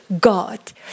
God